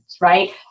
right